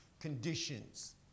conditions